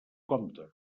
compte